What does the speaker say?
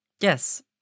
Yes